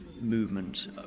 movement